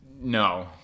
No